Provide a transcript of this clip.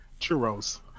churros